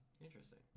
Interesting